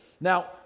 Now